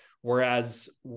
Whereas